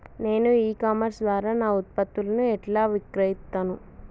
నేను e commerce ద్వారా నా ఉత్పత్తులను ఎట్లా విక్రయిత్తను?